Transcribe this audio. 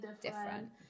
different